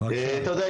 אתה יודע,